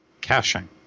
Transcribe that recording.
caching